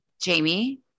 Jamie